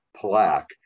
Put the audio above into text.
plaque